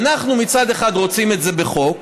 אנחנו מצד אחד רוצים את זה בחוק,